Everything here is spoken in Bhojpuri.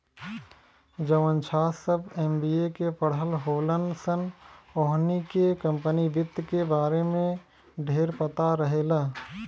जवन छात्र सभ एम.बी.ए के पढ़ल होलन सन ओहनी के कम्पनी वित्त के बारे में ढेरपता रहेला